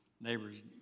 neighbors